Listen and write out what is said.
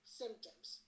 symptoms